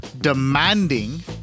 demanding